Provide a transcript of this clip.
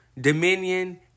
dominion